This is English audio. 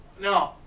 No